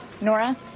Nora